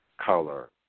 color